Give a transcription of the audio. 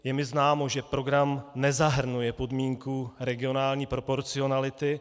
Je mi známo, že program nezahrnuje podmínku regionální proporcionality.